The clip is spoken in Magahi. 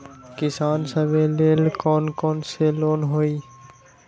किसान सवे लेल कौन कौन से लोने हई?